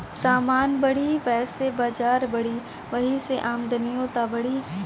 समान बढ़ी वैसे बजार बढ़ी, वही से आमदनिओ त बढ़ी